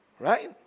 Right